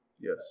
Yes